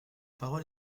parole